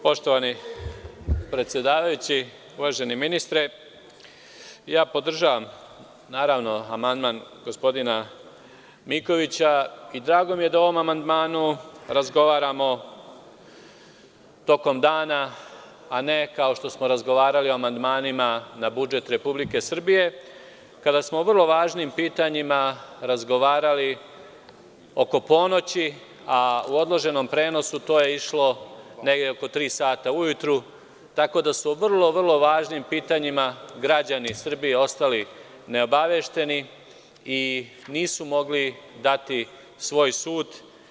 Poštovani predsedavajući, uvaženi ministre, ja podržavam amandman gospodina Mikovića i drago mi je da o ovom amandmanu razgovaramo tokom dana, a ne kao što smo razgovarali o amandmanima na budžet Republike Srbije, kada smo o vrlo važnim pitanjima razgovarali oko ponoći, a u odloženom prenosu to je išlo negde oko tri sata ujutru, tako da su o vrlo važnim pitanjima građani Srbije ostali neobavešteni i nisu mogli dati svoj sud.